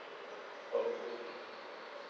okay